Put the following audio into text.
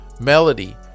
Melody